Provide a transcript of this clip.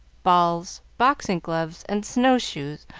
balls, boxing-gloves, and snow-shoes,